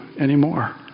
anymore